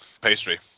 pastry